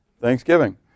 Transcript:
Thanksgiving